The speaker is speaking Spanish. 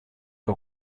que